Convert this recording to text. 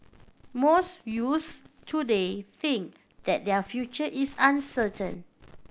most youths today think that their future is uncertain